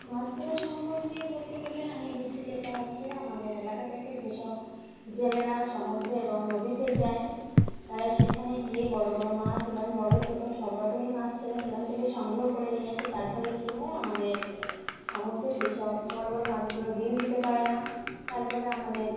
মাছ ধরা সম্পর্কে বলতে গেলে আমি বুঝি যেটা হচ্ছে আমাদের এলাকা থেকে যেসব জেলেরা সমুদ্রে এবং নদীতে যায় তারা সেখানে গিয়ে বড়ো বড়ো মাছ এবং বড়ো ছোটো সব রকমই মাছ তারা সেখান থেকে সংগ্রহ করে নিয়ে আসে তার ফলে কি হয় আমাদের সমুদ্রে যেসব বড়ো বড়ো মাছগুলো ডিম দিতে পারে না তার ফলে আমাদের